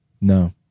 No